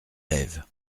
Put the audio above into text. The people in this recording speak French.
lève